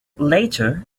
later